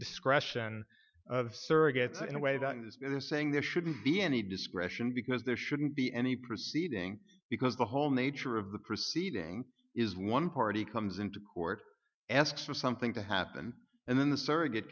discretion of surrogates in a way that is saying there shouldn't be any discretion because there shouldn't be any proceeding because the whole nature of the proceeding is one party comes into court asks for something to happen and then the surrogate